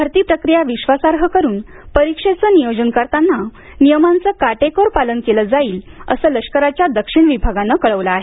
भरती प्रक्रिया विश्वासार्ह करून परीक्षेचं नियोजन करताना नियमांचं काटेकोर पालन केलं जाईल असं लष्कराच्या दक्षिण विभागानं कळवलं आहे